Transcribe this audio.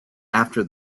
after